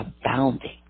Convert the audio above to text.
abounding